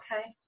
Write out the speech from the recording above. okay